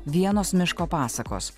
vienos miško pasakos